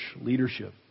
leadership